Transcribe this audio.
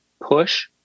push